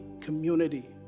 community